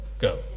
go